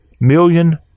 million